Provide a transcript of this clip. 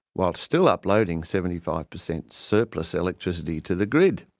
whilst still uploading seventy five per cent surplus electricity to the grid.